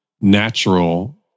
natural